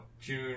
June